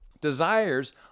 Desires